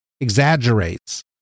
exaggerates